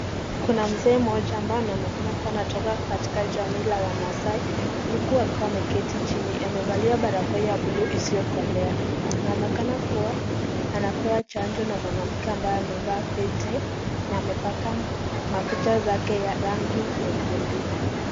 Kuna mzee mmoja ambaye anaonekana kuwa anatoka katika jamii la wamaasai uku akiwa ameketi chini, amevalia barakoa ya buluu isiokolea. Anaonekana kuwa anapewa chanjo na mwanamke ambaye amevaa pete na amepaka makucha zake rangi nyekundu.